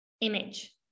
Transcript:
image